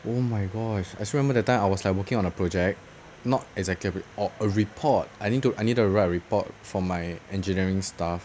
oh my gosh I still remember that time like I was working on a project not exactly or a report I need to I need to write a report for my engineering stuff